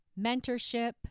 mentorship